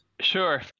Sure